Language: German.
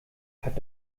hat